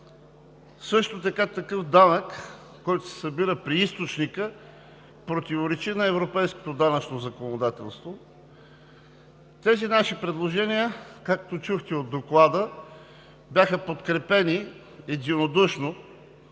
Също така такъв данък, който се събира при източника, противоречи на европейското данъчно законодателство. Тези наши предложения, както чухте от Доклада, бяха подкрепени единодушно